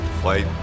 flight